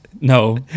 No